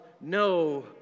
no